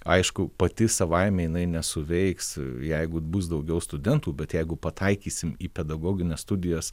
aišku pati savaime jinai nesuveiks jeigu bus daugiau studentų bet jeigu pataikysim į pedagogines studijas